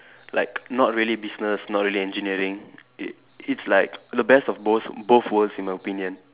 like not really business not really engineering it it's like the best of both both worlds in my opinion